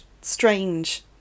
strange